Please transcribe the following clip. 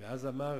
אמר